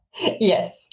Yes